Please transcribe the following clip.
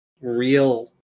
real